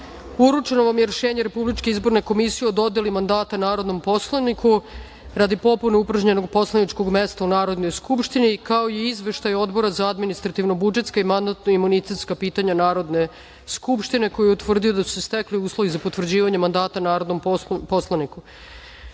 vam je Rešenje Republičke izborne komisije o dodeli mandata narodnom poslaniku, radi popune upražnjenog poslaničkog mesta u Narodnoj skupštini, kao i Izveštaj Odbora za administrativno-budžetska i mandatno-imunitetska pitanja Narodne skupštine, koji je utvrdio da su se stekli uslovi za potvrđivanje mandata narodnom poslaniku. Na